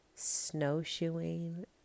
snowshoeing